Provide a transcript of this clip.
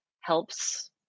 helps